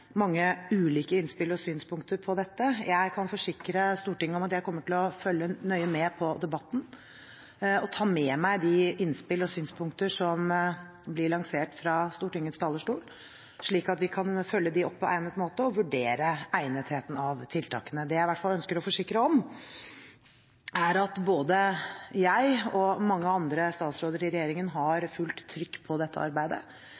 mange ulike innspill og synspunkter på dette. Jeg kan forsikre Stortinget om at jeg kommer til å følge nøye med på debatten og ta med meg de innspill og synspunkter som blir lansert fra Stortingets talerstol, slik at vi kan følge dem opp på egnet måte og vurdere egnetheten av tiltakene. Det jeg i hvert fall ønsker å forsikre om, er at både jeg og mange andre statsråder i regjeringen har fullt trykk på dette arbeidet.